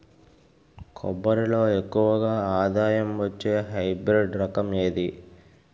కొబ్బరి లో ఎక్కువ ఆదాయం వచ్చే హైబ్రిడ్ రకం ఏది?